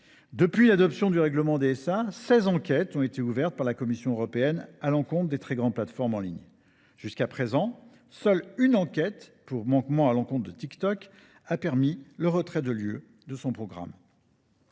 Depuis l’adoption du DSA, seize enquêtes ont été diligentées par la Commission européenne à l’encontre des très grandes plateformes en ligne. Jusqu’à présent, une seule, pour manquement à l’encontre de TikTok, a permis le retrait de l’un des programmes